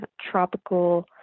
tropical